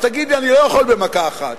אז תגיד לי: אני לא יכול במכה אחת,